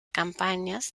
campañas